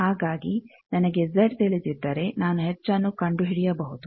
ಹಾಗಾಗಿ ನನಗೆ ಜೆಡ್ ತಿಳಿದಿದ್ದರೆ ನಾನು ಎಚ್ನ್ನು ಕಂಡುಹಿಡಿಯಬಹುದು